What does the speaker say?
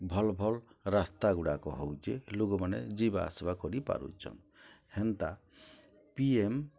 ଭଲ୍ ଭଲ୍ ରାସ୍ତାଗୁଡ଼ାକ ହଉଚେ ଲୋକ୍ମାନେ ଯିବାଆସ୍ବା କରିପାରୁଚନ୍ ହେନ୍ତା ପି ଏମ୍